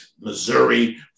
Missouri